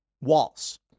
walls